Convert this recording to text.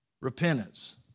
repentance